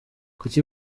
kuki